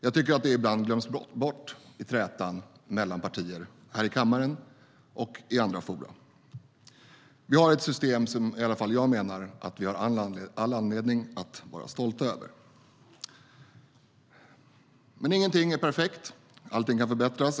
Jag tycker att det ibland glöms bort i trätan mellan partier här i kammaren och i andra forum. Vi har ett system som i alla fall jag menar att vi har all anledning att vara stolta över. Men ingenting är perfekt. Allting kan förbättras.